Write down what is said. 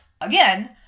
again